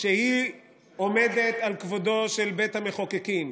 שהיא עומדת על כבודו של בית המחוקקים.